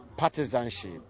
partisanship